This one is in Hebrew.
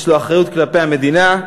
יש לו אחריות כלפי המדינה,